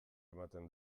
ematen